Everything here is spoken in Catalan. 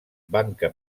banca